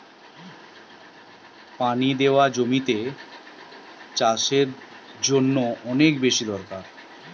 পানি দেওয়া জমিতে চাষের লিগে অনেক বেশি দরকার